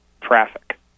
traffic